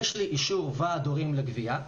יש לי אישור ועד הורים לגבייה,